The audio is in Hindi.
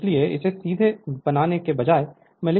इसलिए इसे सीधे बनाने के बजाय मैं लिख सकता हूं कि Im j 36 एम्पीयर